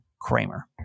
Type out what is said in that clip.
Kramer